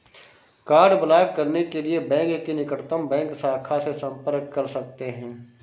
card block करने के लिए बैंक की निकटतम बैंक शाखा से संपर्क कर सकते है